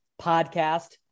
podcast